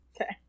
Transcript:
Okay